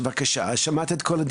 הוא אמר: תשאל את רט"ג.